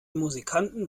musikanten